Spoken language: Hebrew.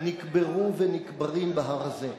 נקברו ונקברים בהר הזה,